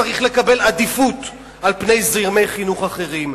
צריך לקבל עדיפות על פני זרמי חינוך אחרים.